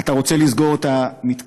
אתה רוצה לסגור את המתקן?